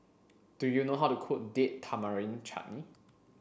do you know how to cook Date Tamarind Chutney